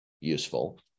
useful